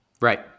right